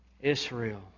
Israel